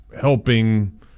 helping